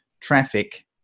traffic